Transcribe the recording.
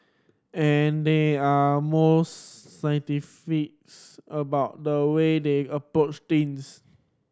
and they are most scientific's about the way they approach things